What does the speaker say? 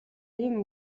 ийн